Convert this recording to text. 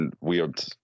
weird